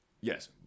Yes